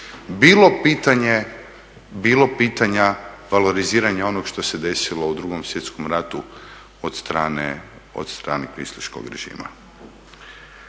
bilo pitanja valoriziranja onoga što se desilo u Drugom svjetskom ratu od strane kvislinškog režima.